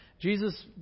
Jesus